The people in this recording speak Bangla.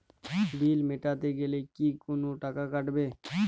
বিল মেটাতে গেলে কি কোনো টাকা কাটাবে?